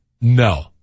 no